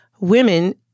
women